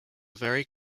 very